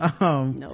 no